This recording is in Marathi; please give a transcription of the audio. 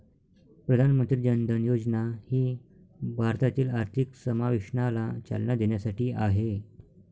प्रधानमंत्री जन धन योजना ही भारतातील आर्थिक समावेशनाला चालना देण्यासाठी आहे